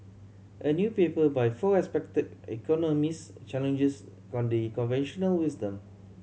a new paper by four respected economist challenges conventional wisdom